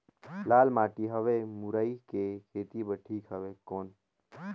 लाल माटी हवे मुरई के खेती बार ठीक हवे कौन?